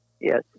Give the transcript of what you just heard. Yes